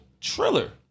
Triller